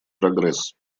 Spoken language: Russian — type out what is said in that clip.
прогресс